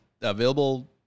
Available